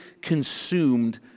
consumed